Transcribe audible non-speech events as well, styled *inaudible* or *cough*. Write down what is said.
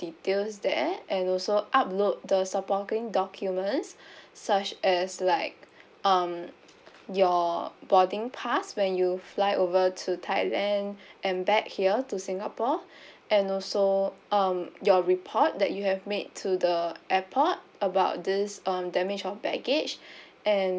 details there and also upload the supporting documents *breath* such as like um your boarding pass when you fly over to thailand *breath* and back here to singapore *breath* and also um your report that you have made to the airport about this um damage of baggage *breath* and